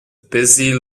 busy